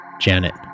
janet